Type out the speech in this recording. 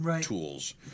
tools